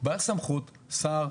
בעל סמכות שר,